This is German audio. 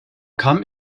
kamm